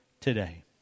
today